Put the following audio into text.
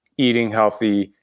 eating healthy,